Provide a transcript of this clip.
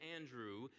Andrew